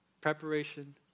Preparation